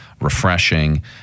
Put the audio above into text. refreshing